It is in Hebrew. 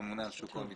לממונה על שוק ההון,